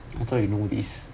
I thought you know this